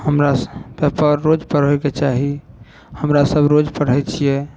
हमरासबके पेपर रोज पढ़ैके चाही हमरासब रोज पढ़ै छियै